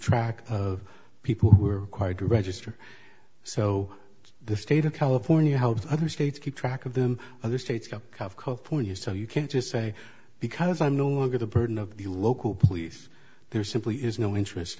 track of people who are hard to register so the state of california helps other states keep track of them other states up call for you so you can't just say because i'm no longer the burden of the local police there simply is no interest